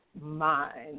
mind